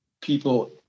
people